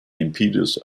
impetus